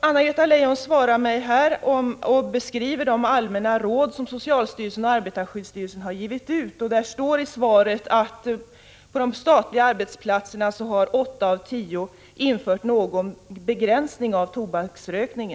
Anna-Greta Leijon beskriver i svaret de allmänna råd som socialstyrelsen och arbetarskyddsstyrelsen har givit ut. Det står i svaret att på åtta av tio av de statliga arbetsplatserna har man infört någon begränsning av tobaksrökningen.